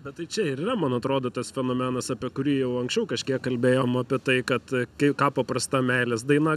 bet tai čia ir yra man atrodo tas fenomenas apie kurį jau anksčiau kažkiek kalbėjom apie tai kad kai ką paprasta meilės daina